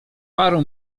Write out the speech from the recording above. paru